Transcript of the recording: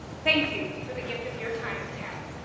thank you for the gift of your time and talent.